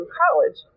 college